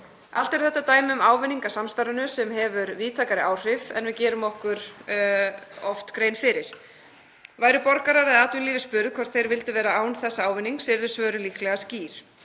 Allt eru þetta dæmi um ávinning af samstarfinu sem hefur víðtækari áhrif en við gerum okkur oft grein fyrir. Væru borgarar eða fulltrúar atvinnulífsins spurðir hvort þeir vildu vera án þessa ávinnings yrðu svörin líklega skýr.